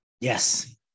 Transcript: Yes